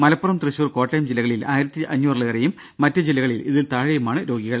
മലപ്പുറം തൃശൂർ കോട്ടയം ജില്ലകളിൽ ആയിരത്തഞ്ഞൂറിലേയും മറ്റ് ജില്ലകളിൽ ഇതിൽ താഴെയുമാണ് രോഗികൾ